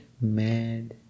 mad